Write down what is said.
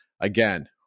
Again